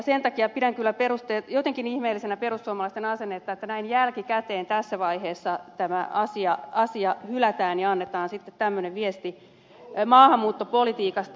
sen takia pidän kyllä jotenkin ihmeellisenä perussuomalaisten asennetta että näin jälkikäteen tässä vaiheessa tämä asia hylätään ja annetaan sitten tämmöinen vies ti maahanmuuttopolitiikasta ulospäin